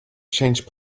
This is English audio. change